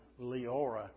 Leora